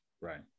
Right